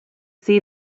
see